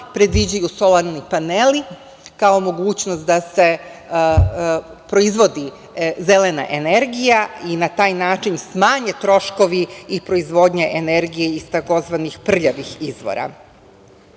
predviđaju solarni paneli kao mogućnost da se proizvodi zelena energija i na taj način smanje troškovi i proizvodnja energije iz takozvanih prljavih izvora. Set